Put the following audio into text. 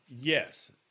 Yes